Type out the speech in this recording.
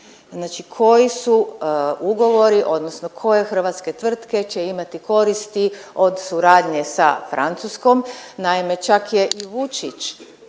Znači koji su ugovori odnosno koje hrvatske tvrtke će imati koristi od suradnje sa Francuskom, naime čak je i Vučić